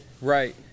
Right